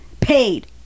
paid